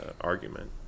argument